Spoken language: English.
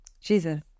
Jesus